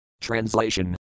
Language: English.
Translation